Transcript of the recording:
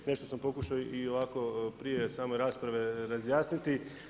Nešto sam pokušao i ovako prije same rasprave razjasniti.